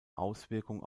auswirkung